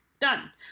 done